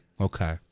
Okay